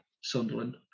Sunderland